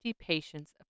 patients